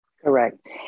Correct